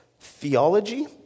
theology